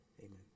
amen